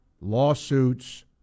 lawsuits